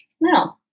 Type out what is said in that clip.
no